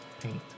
paint